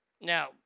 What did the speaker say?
Now